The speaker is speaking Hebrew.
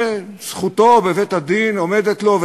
שזכותו בבית-הדין עומדת לו,